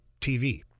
TV